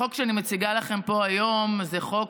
החוק שאני מציגה לכם פה היום זה חוק